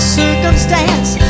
circumstance